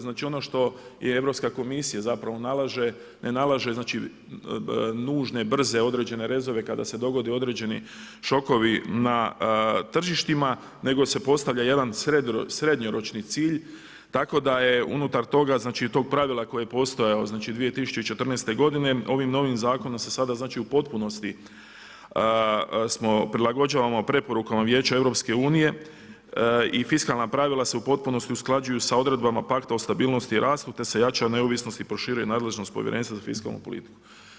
Znači, ono što je EK zapravo nalaže, ne nalaže znači nužne, brze, određene rezove kada se dogode određeni šokovi na tržištima, nego se postavlja jedan srednjoročni cilj tako da je unutar toga, znači tog pravila koji je postojao 2014. godine, ovim novim Zakonom se sada znači u potpunosti smo prilagođavamo preporukama Vijeća EU i fiskalna pravila se u potpunosti usklađuju sa odredbama Pakta o stabilnosti i rastu, te se jača neovisnost i proširuje nadležnost Povjerenstva za fiskalnu politiku.